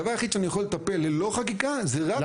הדבר היחיד שאני יכול לטפל ללא חקיקה זה רק בתקציבי הפיתוח?